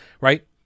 right